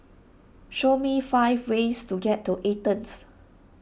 show me five ways to get to Athens